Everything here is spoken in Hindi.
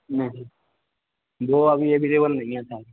नहीं वह अभी एवेलेबल नहीं है सर